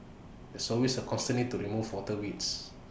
there's always A constant need to remove water weeds